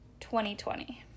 2020